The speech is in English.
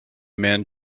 man